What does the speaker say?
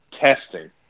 testing